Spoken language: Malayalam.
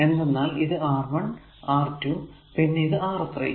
എന്തെന്നാൽ ഇത് R 1 R2 പിന്നെ ഇത് R 3